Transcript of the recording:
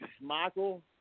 Michael